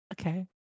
Okay